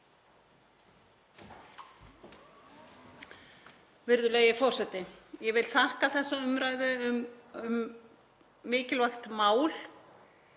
Virðulegi forseti. Ég vil þakka fyrir þessa umræðu um mikilvægt mál.